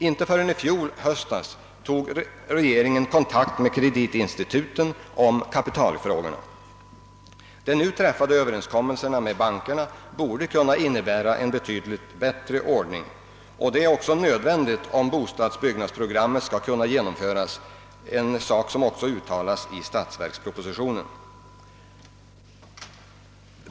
Inte förrän i fjol höstas tog regeringen kontakt med kreditinstituten om kapitalfrågorna. De nu träffade överenskommelserna med bankerna borde kunna innebära en betydligt bättre ordning — det är också nödvändigt om bostadsbyggnadsprogrammet skall kunna genomföras. Saken har också tagits upp i statsverkspropositionen.